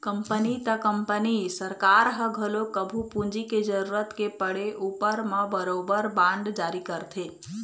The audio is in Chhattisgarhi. कंपनी त कंपनी सरकार ह घलोक कभू पूंजी के जरुरत के पड़े उपर म बरोबर बांड जारी करथे